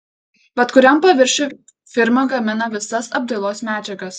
bet kuriam paviršiui firma gamina visas apdailos medžiagas